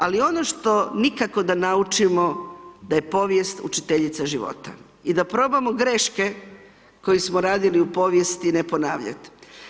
Ali ono što nikako da naučimo da je povijest učiteljica života i da probamo greške koje smo radili u povijesti ne ponavljati.